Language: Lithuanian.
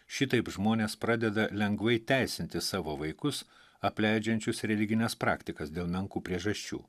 šitaip žmonės pradeda lengvai teisinti savo vaikus apleidžiančius religines praktikas dėl menkų priežasčių